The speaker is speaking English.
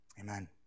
Amen